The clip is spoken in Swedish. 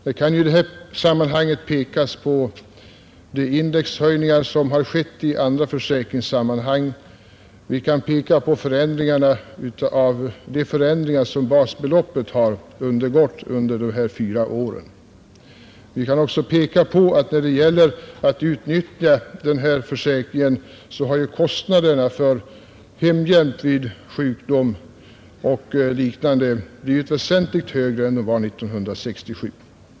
Det kan här pekas på de indexhöjningar som gjorts i andra försäkringssammanhang och de förändringar som basbeloppet har undergått under de gångna fyra åren. Vi kan också, när det gäller utnyttjandet av försäkringen, peka på att kostnaderna för hemhjälp vid bl.a. sjukdom har blivit väsentligt högre än de var 1967.